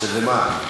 שמה?